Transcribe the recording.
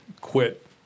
quit